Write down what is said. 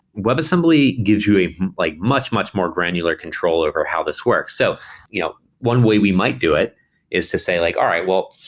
webassembly gives you a like much, much more granular control over how this works. so you know one way we might do it is to say like, all right. well,